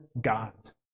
gods